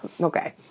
okay